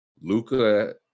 Luca